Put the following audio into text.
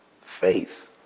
faith